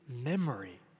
memory